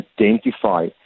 identify